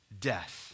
Death